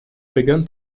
begun